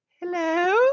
hello